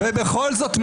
-- ובכל זאת,